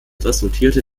resultierte